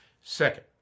Second